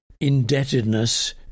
indebtedness